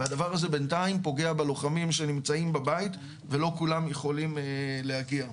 והדבר הזה בינתיים פוגע בלוחמים שנמצאים בבית ולא כולם יכולים להגיע.